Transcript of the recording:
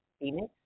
Phoenix